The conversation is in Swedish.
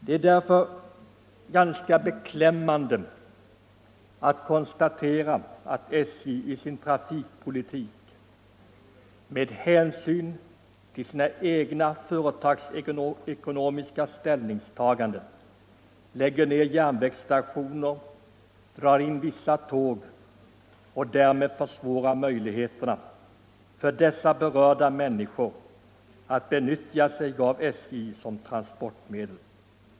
Det är då ganska beklämmande att konstatera, att SJ i sin trafikpolitik med hänsyn till sina egna företagsekonomiska ställningstaganden lägger ned järnvägsstationer och drar in vissa tåg och därmed försvårar möjligheterna för berörda människor att utnyttja järnvägarna som transportmedel.